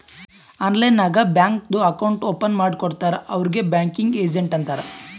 online ನಾಗ್ ಬ್ಯಾಂಕ್ದು account open ಮಾಡ್ಕೊಡ್ತಾರ್ ಅವ್ರಿಗ್ ಬ್ಯಾಂಕಿಂಗ್ ಏಜೆಂಟ್ ಅಂತಾರ್